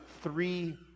three